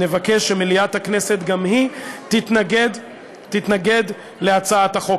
נבקש שמליאת הכנסת גם היא תתנגד להצעת החוק.